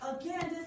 Again